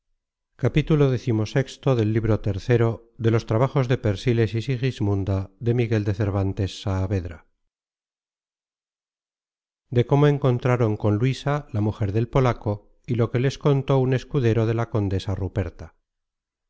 de cómo encontraron con luisa la mujer del polaco y lo que les contó un escudero de la condesa ruperta